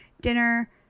Dinner